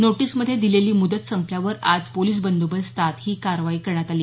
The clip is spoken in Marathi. नोटीसमध्ये दिलेली मुदत संपल्यावर आज पोलीस बदोबस्तात ही कारवाई करण्यात आली